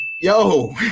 yo